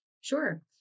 Sure